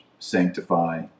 sanctify